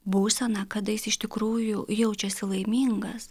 būsena kada jis iš tikrųjų jaučiasi laimingas